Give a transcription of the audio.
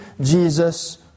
Jesus